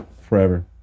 Forever